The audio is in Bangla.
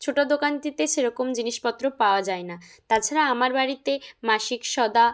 ছোট দোকানটিতে সেরকম জিনিসপত্র পাওয়া যায় না তাছাড়া আমার বাড়িতে মাসিক সদা